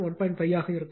5 ஆக இருக்கும்